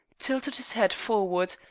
tilted his hat forward,